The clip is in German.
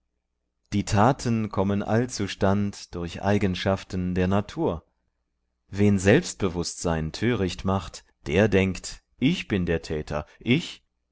die taten kommen all zu stand durch eigenschaften der natur wen selbstbewußtsein töricht macht der denkt ich bin der täter ich